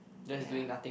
ya